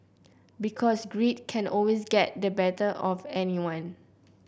because greed can always get the better of anyone